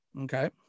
Okay